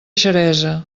xeresa